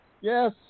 yes